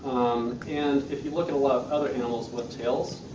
and, if you look in a lot of other animals with tails,